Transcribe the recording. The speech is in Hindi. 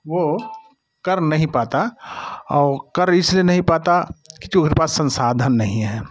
वो कर नहीं पाता और कर इसलिए नहीं पाता क्योंकि उसके पास संसाधन नहीं हैं